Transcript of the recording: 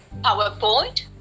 PowerPoint